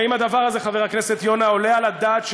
האם הדבר הזה, חבר הכנסת יונה, עולה על הדעת?